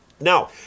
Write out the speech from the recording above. Now